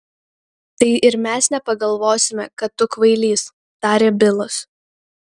tai ir mes nepagalvosime kad tu kvailys tarė bilas